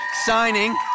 signing